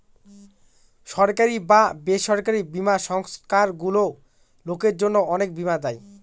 সরকারি বা বেসরকারি বীমা সংস্থারগুলো লোকের জন্য অনেক বীমা দেয়